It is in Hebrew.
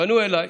פנו אליי